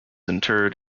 interred